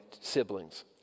siblings